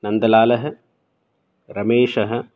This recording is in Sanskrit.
नन्दलालः रमेशः